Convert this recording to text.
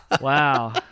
Wow